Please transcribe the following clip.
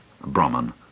Brahman